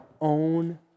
own